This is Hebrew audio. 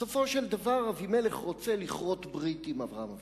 בסופו של דבר אבימלך רוצה לכרות ברית עם אברהם אבינו,